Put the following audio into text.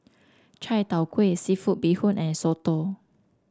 Chai Tow Kuay seafood Bee Hoon and Soto